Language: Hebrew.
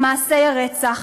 מעשי הרצח,